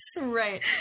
Right